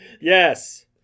Yes